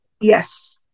Yes